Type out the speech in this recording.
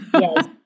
Yes